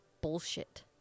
bullshit